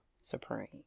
Supreme